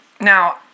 Now